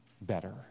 better